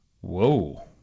Whoa